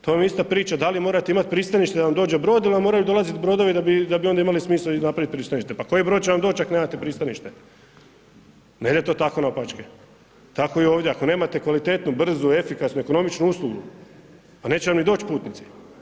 To vam je ista priča da li morate imati pristanište da vam dođe brod ili vam moraju dolaziti brodovi da bi onda imali smisla napraviti pristanište, pa koji brod će vam doć ako nemate pristanište, ne ide to tako naopačke, tako i ovdje, ako nemate kvalitetnu, brzu, efikasnu, ekonomičnu uslugu, pa neće vam ni doć putnici.